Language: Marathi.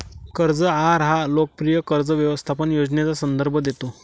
कर्ज आहार हा लोकप्रिय कर्ज व्यवस्थापन योजनेचा संदर्भ देतो